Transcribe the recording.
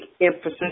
emphasis